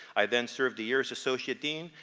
i then served a year as associate dean.